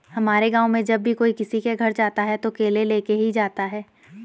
हमारे गाँव में जब भी कोई किसी के घर जाता है तो केले लेके ही जाता है